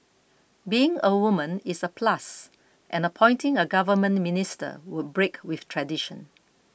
being a woman is a plus and appointing a government minister would break with tradition